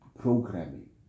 programming